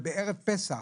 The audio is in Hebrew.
בערב פסח,